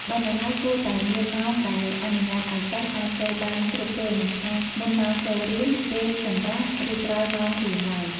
បណ្ណាល័យគួរតែមានម៉ោងដែលអនុញ្ញាតឱ្យសិស្សអាចចូលបានគ្រប់ពេលមិនថា មុនម៉ោងចូលរៀន ពេលសម្រាក ឬក្រោយម៉ោងរៀនទ្បើយ។